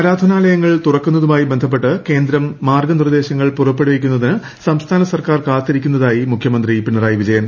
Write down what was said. ആരാധനാലയങ്ങൾ തുറക്കുന്നതുമായി ബന്ധപ്പെട്ട് കേന്ദ്രം മാർഗ്ഗു നിർദ്ദേശങ്ങൾ പുറപ്പെടുവിക്കുന്നതിന് സംസ്ഥാന സർക്കാർ കാത്തിരിക്കുന്നതായി മുഖ്യമന്ത്രി പിണറായി വിജയൻ